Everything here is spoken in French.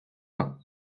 vingt